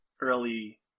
early